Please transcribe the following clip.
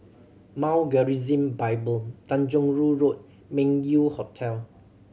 Mount Gerizim Bible Tanjong Rhu Road Meng Yew Hotel